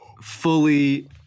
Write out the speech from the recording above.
fully